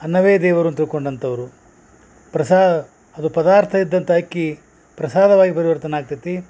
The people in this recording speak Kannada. ಅನ್ನವೇ ದೇವರು ಅಂತ ತಿಳ್ಕೊಂಡಂಥವ್ರು ಪ್ರಸಾ ಅದು ಪದಾರ್ಥ ಇದ್ದಂಥ ಅಕ್ಕಿ ಪ್ರಸಾದವಾಗಿ ಪರಿವರ್ತನೆ ಆಗ್ತೈತಿ